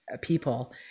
people